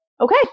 okay